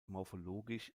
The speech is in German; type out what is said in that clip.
morphologisch